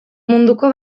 munduko